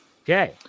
Okay